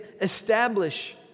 establish